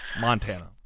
Montana